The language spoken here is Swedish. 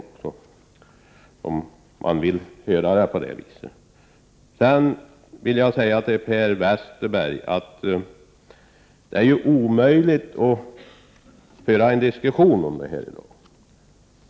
Till Per Westerberg vill jag säga att det i dag är omöjligt att föra en diskussion om det som han tog upp.